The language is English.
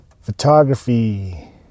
photography